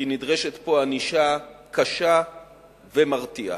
כי נדרשת פה ענישה קשה ומרתיעה.